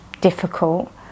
difficult